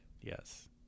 Yes